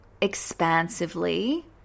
expansively